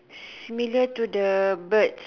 similar to the birds